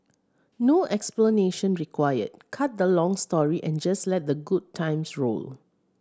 no explanation required cut the long story and just let the good times roll